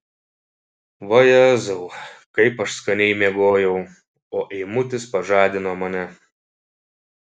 vajezau kaip aš skaniai miegojau o eimutis pažadino mane